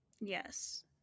yes